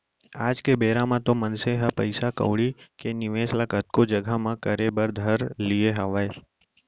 आज के बेरा म तो मनसे ह पइसा कउड़ी के निवेस ल कतको जघा म करे बर धर लिये हावय